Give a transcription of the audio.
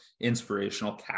inspirational